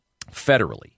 federally